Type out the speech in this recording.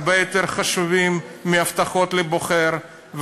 הרבה יותר חשובים מההבטחות לבוחר,